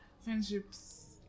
friendships